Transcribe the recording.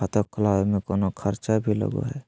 खाता खोलावे में कौनो खर्चा भी लगो है?